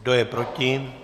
Kdo je proti?